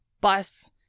bus